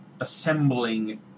assembling